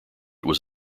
was